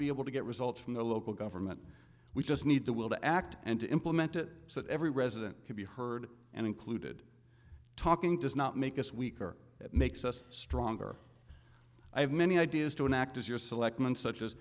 be able to get results from the local government we just need the will to act and implemented so that every resident can be heard and included talking does not make us weaker it makes us stronger i have many ideas don't act as your selectman such as